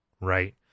right